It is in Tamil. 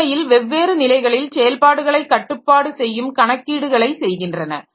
உண்மையில் வெவ்வேறு நிலைகளில் செயல்பாடுகளை கட்டுப்பாடு செய்யும் கணக்கீடுகளை செய்கின்றன